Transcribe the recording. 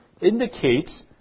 indicates